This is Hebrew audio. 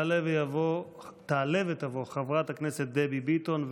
תעלה ותבוא חברת הכנסת דבי ביטון,